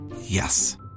Yes